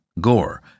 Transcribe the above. gore